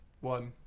one